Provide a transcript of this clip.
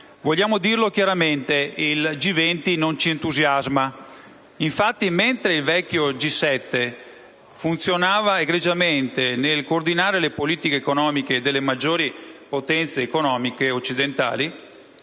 Vogliamo dirlo chiaramente: il G20 non ci entusiasma. Infatti, mentre il vecchio G7 funzionava egregiamente nel coordinare le politiche economiche delle maggiori potenze occidentali,